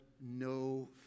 no